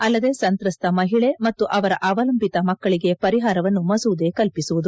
ಅಲ್ಲದೆ ಸಂತ್ರಸ್ತ ಮಹಿಳೆ ಮತ್ತು ಅವರ ಅವಲಂಬಿತ ಮಕ್ಕಳಿಗೆ ಪರಿಹಾರವನ್ನು ಮಸೂದೆ ಕಲ್ಪಸುವುದು